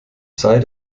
sei